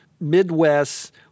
Midwest